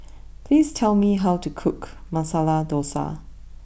please tell me how to cook Masala Dosa